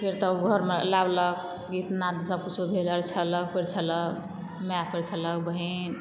फेर तऽ ओ घरमे लाबलक गीत नाद सब किछो भेलै अरिछलक पैरिछलक माय पैरिछलक बहीन